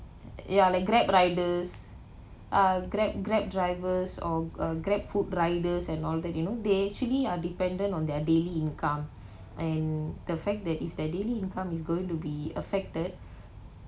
ya like Grab riders ah grab Grab drivers or uh Grab food riders and all that you know they actually are dependent on their daily income and the fact that if their daily income is going to be affected